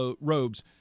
robes